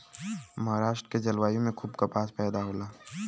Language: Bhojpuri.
महाराष्ट्र के जलवायु में खूब कपास पैदा होला